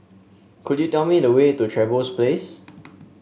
could you tell me the way to Trevose Place